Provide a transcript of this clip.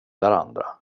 varandra